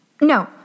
No